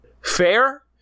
fair